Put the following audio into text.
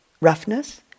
roughness